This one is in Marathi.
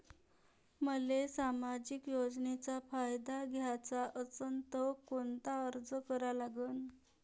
मले सामाजिक योजनेचा फायदा घ्याचा असन त कोनता अर्ज करा लागन?